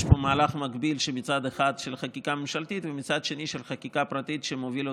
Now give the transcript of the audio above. יש מהלך מקביל של מצד אחד חקיקה ממשלתית ומצד שני חקיקה פרטית שמוביל,